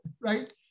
right